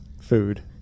food